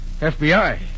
FBI